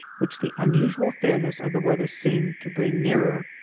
which the unusual fairness of the weather seemed to bring nearer.